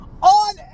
On